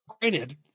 Granted